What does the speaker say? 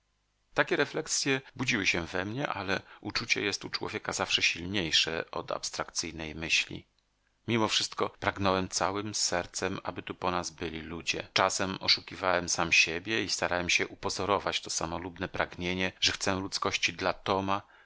takie refleksje budziły się we mnie ale uczucie jest u człowieka zawsze silniejsze od abstrakcyjnej myśli mimo wszystko pragnąłem całym sercem aby tu po nas byli ludzie czasem oszukiwałem sam siebie i starałem się upozorować to samolubne pragnienie że chcę ludzkości dla toma